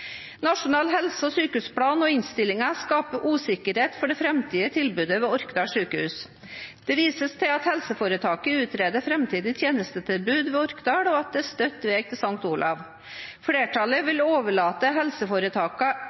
Nasjonal helse- og sykehusplan og innstillingen skaper usikkerhet for det framtidige tilbudet ved Orkdal Sjukehus. Det vises til at helseforetaket utreder framtidig tjenestetilbud ved Orkdal, og at det er kort vei til St. Olavs hospital. Flertallet vil overlate